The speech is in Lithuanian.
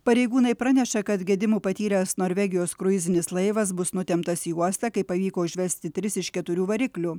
pareigūnai praneša kad gedimų patyręs norvegijos kruizinis laivas bus nutemptas į uostą kai pavyko užvesti tris iš keturių variklių